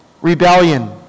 Rebellion